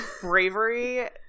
bravery